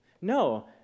No